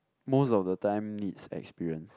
most of the time needs experience